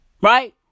Right